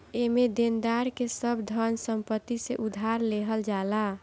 एमे देनदार के सब धन संपत्ति से उधार लेहल जाला